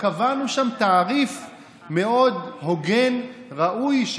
וקבענו שם תעריף מאוד הוגן וראוי,